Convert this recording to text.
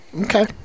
okay